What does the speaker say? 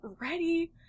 ready